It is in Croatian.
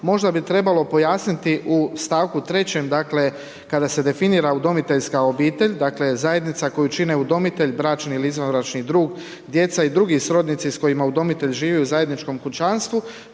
možda bi trebalo pojasniti u stavku 3. dakle kada se definira udomiteljska obitelj, dakle zajednica koju čine udomitelj, bračni ili izvanbračni drug, djeca i dr. srodnici s kojima udomitelj živi u zajedničkom kućanstvu,